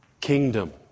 Kingdom